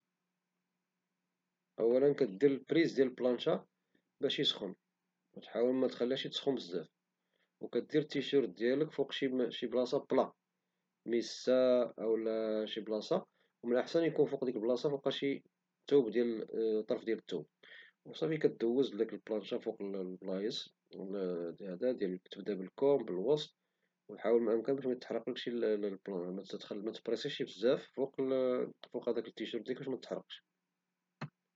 أولا كدير البريز ديال البلانشا باش يسخن، وحاول متخليهش يسخن بزاف، وكدير التيشيرت ديالك فوق شي لاصة بلا، ميسا أو شي بلاصة، ومن الأحسن يكون فوق شي طلرف ديال الثوب. كدوز بديك البلانشا فوق البلايص، تبدا بالكول والوسط، وحاول متبريسيشي بزاف باش متحرقشي التيشيرت ديالك.